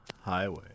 highway